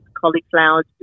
cauliflowers